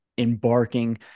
embarking